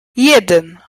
jeden